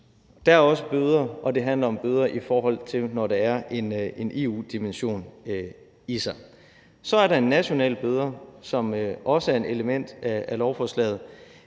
Der er også bøder, og det handler om bøder, når der er en EU-dimension i det. Så er der nationale bøder, som også er et element af lovforslaget,